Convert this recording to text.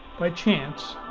by chance,